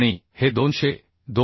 आणि हे 202